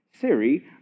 Siri